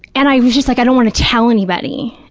and i was just like, i don't want to tell anybody,